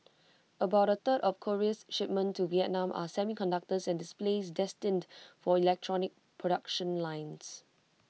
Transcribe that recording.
about A third of Korea's shipments to Vietnam are semiconductors and displays destined for electronics production lines